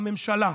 הממשלה,